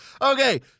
Okay